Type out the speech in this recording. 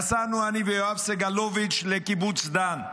נסענו אני ויואב סגלוביץ' לקיבוץ דן.